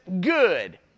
good